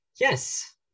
Yes